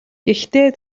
гэхдээ